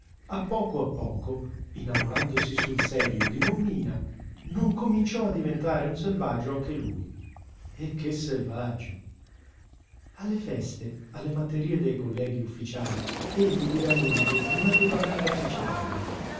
a poco a poco innamorandosi sul serio di mommina non cominciò a diventare un selvaggio anche lui e che selvaggio alle feste alle matterie dei colleghi ufficiali egli veramente non aveva mai partecipato